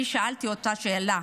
אני שאלתי אותה שאלה: